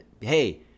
hey